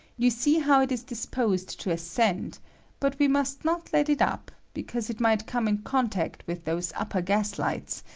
you see how it is disposed to ascend but we must not let it up, because it might come in contact with those upper gas-lights,